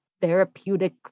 therapeutic